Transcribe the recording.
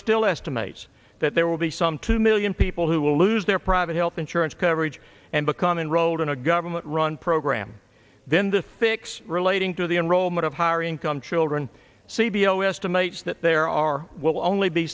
still estimates that there will be some two million people who will lose their private health insurance coverage and become enrolled in a government run program then the thicks relating to the enrollment of higher income children see below estimates that there are will only be